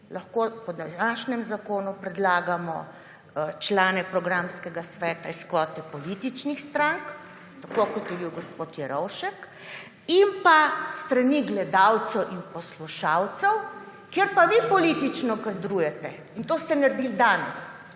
lahko po današnjem zakonu predlagamo člane programskega sveta iz kvote političnih strank, tako kot je bil gospod Jerovšek, in pa s strani gledalcev in poslušalcev, kjer pa vi politično kadrujete. In to ste naredili danes.